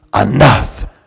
Enough